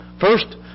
First